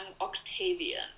Octavian